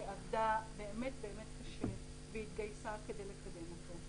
שעבדה באמת קשה והתגייסה כדי לקדם אותו.